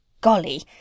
Golly